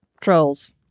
Trolls